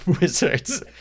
wizards